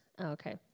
okay